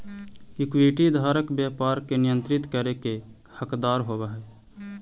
equity धारक व्यापार के नियंत्रित करे के हकदार होवऽ हइ